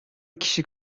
kişi